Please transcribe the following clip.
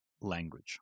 language